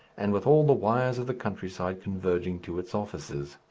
and with all the wires of the countryside converging to its offices.